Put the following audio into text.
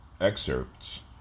excerpts